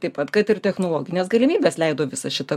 taip pat kad ir technologinės galimybės leido visą šitą